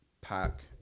pack